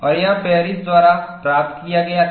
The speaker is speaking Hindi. और यह पेरिस द्वारा प्राप्त किया गया था